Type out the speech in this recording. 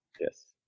Yes